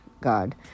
God